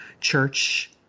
church